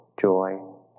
joy